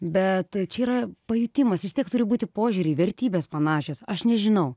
bet čia yra pajutimas vis tiek turi būti požiūriai vertybės panašios aš nežinau